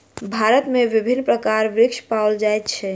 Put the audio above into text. भारत में विभिन्न प्रकारक वृक्ष पाओल जाय छै